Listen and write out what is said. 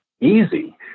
easy